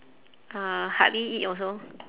uh hardly eat also